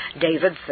David